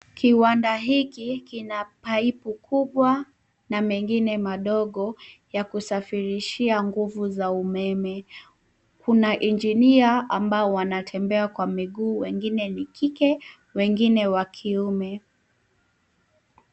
Kiwanda hiki kina paipu kubwa na mengine madogo, ya kusafirishia nguvu za umeme. Kuna engineer[cs ambao wanatembea kwa miguu, wengine ni kike, wengine wakiume.